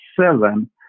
seven